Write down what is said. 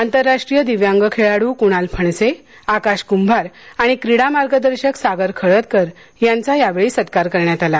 आंतरराष्ट्रीय दिव्यांग खेळाडू कुणाल फणसे आकाश कुंभार आणि क्रीडा मार्गदर्शक सागर खळदकर यांचा यावेळी सत्कार करण्यात आला